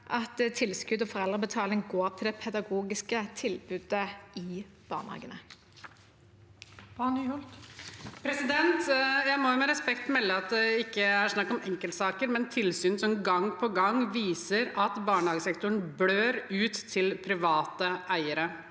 at tilskudd og foreldrebetaling går til det pedagogiske tilbudet i barnehagene. Hege Bae Nyholt (R) Jeg må med respekt å melde si at det ikke er snakk om enkeltsaker, men tilsyn som gang på gang viser at barnehagesektoren blør ut til private eiere.